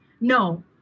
no